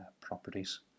properties